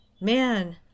man